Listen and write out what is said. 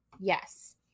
Yes